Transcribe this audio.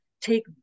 take